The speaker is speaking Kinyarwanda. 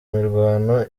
mirwano